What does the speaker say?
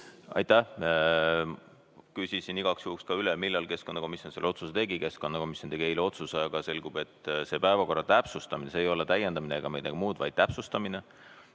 Aitäh! Küsisin igaks juhuks üle, millal keskkonnakomisjon selle otsuse tegi. Keskkonnakomisjon tegi eile otsuse, aga selgub, et see palve päevakorda täpsustada – see ei ole täiendamine ega midagi muud, vaid täpsustamine